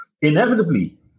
inevitably